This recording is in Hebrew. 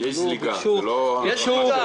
זה עולה